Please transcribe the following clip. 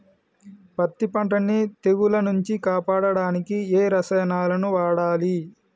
పత్తి పంటని తెగుల నుంచి కాపాడడానికి ఏ రసాయనాలను వాడాలి?